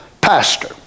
Pastor